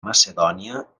macedònia